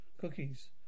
cookies